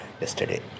yesterday